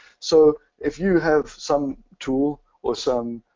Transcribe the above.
so if you have some tool or some